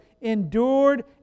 endured